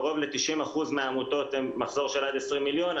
קרוב ל-90% מהעמותות הן מחזור של עד 20 מיליון,